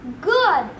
Good